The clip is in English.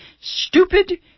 stupid